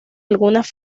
algunas